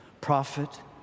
Prophet